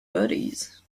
bodies